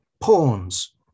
pawns